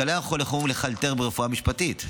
אתה לא יכול לחלטר ברפואה משפטית,